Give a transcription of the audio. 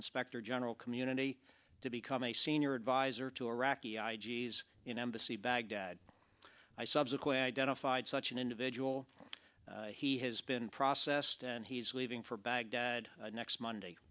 inspector general community to become a senior advisor to iraqi i g s you know embassy baghdad i subsequent identified such an individual he has been processed and he's leaving for baghdad next monday